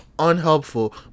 unhelpful